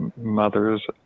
mothers